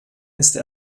ist